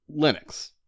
Linux